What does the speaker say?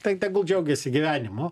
tai tegul džiaugiasi gyvenimu